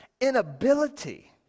inability